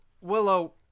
Willow